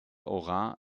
auraient